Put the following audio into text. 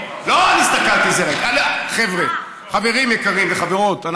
חברים וחברות,